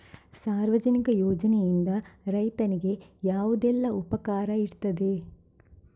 ಸಾರ್ವಜನಿಕ ಯೋಜನೆಯಿಂದ ರೈತನಿಗೆ ಯಾವುದೆಲ್ಲ ಉಪಕಾರ ಇರ್ತದೆ?